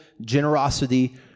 generosity